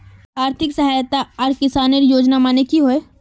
आर्थिक सहायता आर किसानेर योजना माने की होय?